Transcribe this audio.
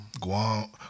Guam